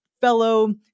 fellow